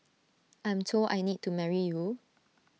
I'm told I need to marry you